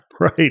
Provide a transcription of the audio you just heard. Right